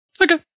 Okay